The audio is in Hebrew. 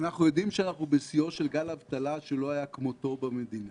אנחנו יודעים שאנחנו בשיאו של גל אבטלה שלא היה כמותו במדינה.